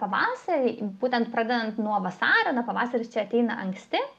pavasarį būtent pradedant nuo vasario na pavasaris čia ateina anksti